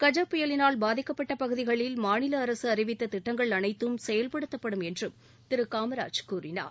கஜ புயலினால் பாதிக்கப்பட்ட பகுதிகளில் மாநில அரசு அறிவித்த திட்டங்கள் அனைத்தும் செயல்படுத்தப்படும் என்றும் திரு காமராஜ் கூறினார்